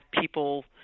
people